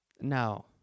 No